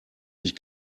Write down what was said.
ich